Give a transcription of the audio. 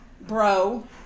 bro